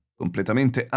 completamente